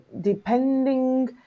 Depending